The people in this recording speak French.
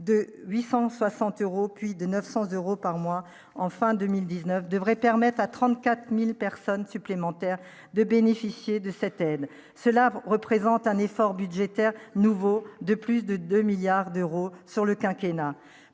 de 860 euros plus de 900 euros par mois, enfin 2019 devrait permettre à 34000 personnes supplémentaires de bénéficier de cette aide, cela représente un effort budgétaire nouveau de plus de 2 milliards d'euros sur le quinquennat